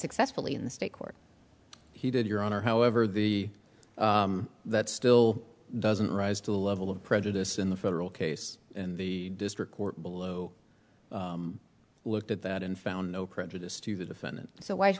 successfully in the state court he did your honor however the that still doesn't rise to the level of prejudice in the federal case and the district court below looked at that and found no prejudice to the defendant so why